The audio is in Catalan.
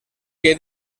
que